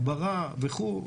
הגברה וכו'.